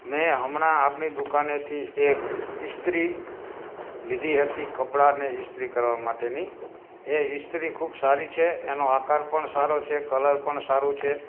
મેં હમણાં આપની દુકાનેથી એક ઇસ્ત્રી લીધી હતી કપડાંને ઇસ્ત્રી કરવા માટેની એ ઇસ્ત્રી ખૂબ સારી છે એનો આકાર પણ સારો છે કલર પણ સારું છે